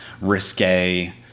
risque